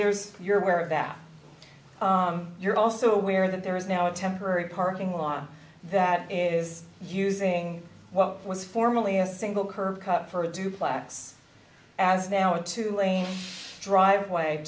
there's your marriage that you're also aware that there is now a temporary parking lot that is using what was formerly a single curb cut for a duplex as now a two lane driveway